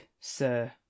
sir